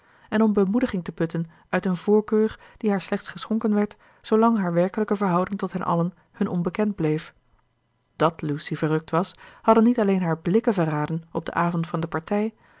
en om bemoediging te putten uit een voorkeur die haar slechts geschonken werd zoolang haar werkelijke verhouding tot hen allen hun onbekend bleef dàt lucy verrukt was hadden niet alleen haar blikken verraden op den avond van de partij